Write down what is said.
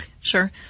Sure